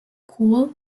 cool